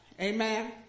Amen